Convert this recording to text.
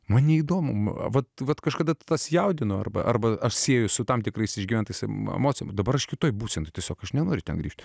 man neįdomu vat vat kažkada tas jaudino arba arba aš sieju su tam tikrais išgyventas emocijas dabar aš kitoje būsenoje tiesiog aš nenoriu ten grįžti